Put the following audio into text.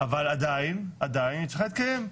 אז עדיין היא צריכה להתקיים.